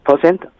percent